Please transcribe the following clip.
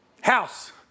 House